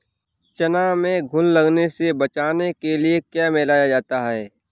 चना में घुन लगने से बचाने के लिए क्या मिलाया जाता है?